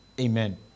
Amen